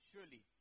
Surely